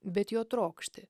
bet jo trokšti